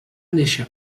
néixer